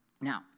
Now